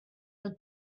the